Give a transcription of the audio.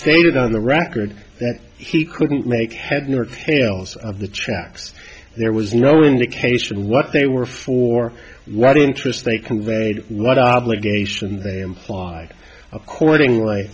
stated on the record that he couldn't make head nor tails of the checks there was no indication what they were for what interest they conveyed what obligation they imply accordingly